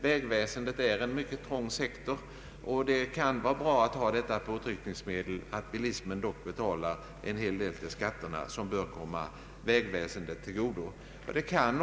Vägväsendet är en mycket trång sektor, och det kan vara bra att ha detta, att skattemedel som bilis men bidrar med bör komma vägväsendet till godo, som ett påtryckningsmedel när det gäller att driva på vägbyggandet.